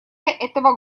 этого